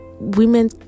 women